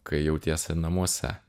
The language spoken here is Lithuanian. kai jautiesi namuose